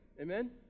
amen